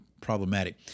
problematic